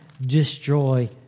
destroy